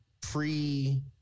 pre